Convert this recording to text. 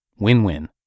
win-win